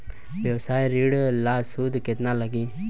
व्यवसाय ऋण ला सूद केतना लागी?